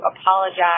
apologize